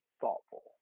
thoughtful